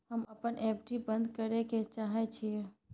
हम अपन एफ.डी बंद करय ले चाहय छियै